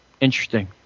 Interesting